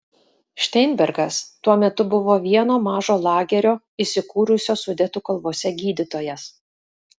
šteinbergas tuo metu buvo vieno mažo lagerio įsikūrusio sudetų kalvose gydytojas